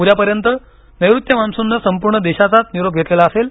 उद्या पर्यंत नैऋत्य मान्सूननं संपूर्ण देशाचाच निरोप घेतलेला असेल